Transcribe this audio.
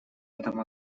этом